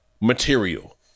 Material